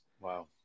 Wow